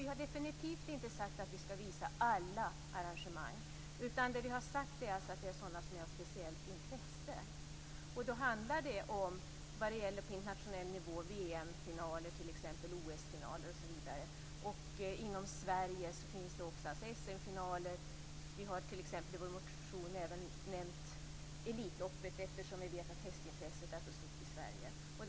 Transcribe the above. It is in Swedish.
Vi har definitivt inte sagt att vi skall visa alla arrangemang. Det vi har talat om är sådana arrangemang som är av speciellt intresse. På internationell nivå handlar det om VM-finaler, OS-finaler osv. Inom Sverige gäller det t.ex. SM-finaler. Vi har i vår motion även nämnt Elitloppet, eftersom vi vet att hästintresset är stort i Sverige.